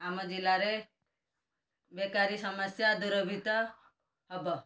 ଆମ ଜିଲ୍ଲାରେ ବେକାରୀ ସମସ୍ୟା ଦୂରଭିତ ହେବ